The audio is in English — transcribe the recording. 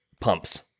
pumps